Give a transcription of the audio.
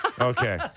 Okay